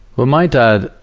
well, my dad,